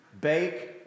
bake